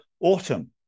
autumn